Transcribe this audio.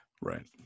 Right